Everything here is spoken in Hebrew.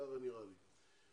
ככה נראה לי.